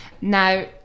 Now